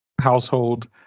household